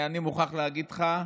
אני מוכרח להגיד לך,